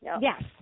Yes